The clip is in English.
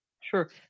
sure